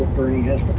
burning good